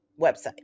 website